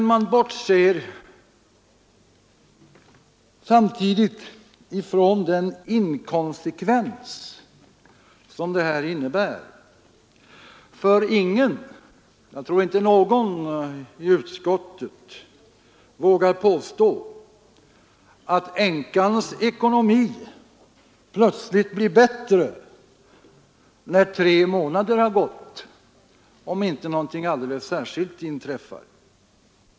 Man bortser samtidigt från den inkonsekvens detta innebär. Jag tror nämligen inte att någon i utskottet vågar påstå att änkans ekonomi plötsligt blir bättre när tre månader har gått, om inte någonting alldeles särskilt inträffar.